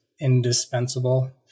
indispensable